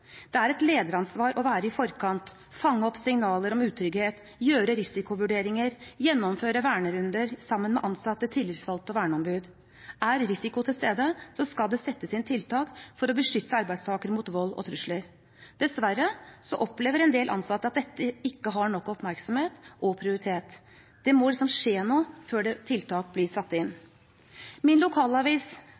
Det er et lederansvar å være i forkant, fange opp signaler om utrygghet, gjøre risikovurderinger, gjennomføre vernerunder sammen med ansatte, tillitsvalgte og verneombud. Er risiko til stede, skal det settes inn tiltak for å beskytte arbeidstaker mot vold og trusler. Dessverre opplever en del ansatte at dette ikke har nok oppmerksomhet og prioritet. Det må liksom skje noe før tiltak blir satt inn. Min lokalavis,